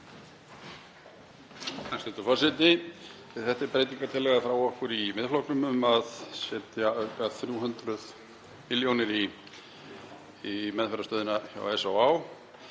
Þetta er breytingartillaga frá okkur í Miðflokknum um að setja 300 milljónir í meðferðarstöðina hjá SÁÁ.